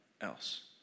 else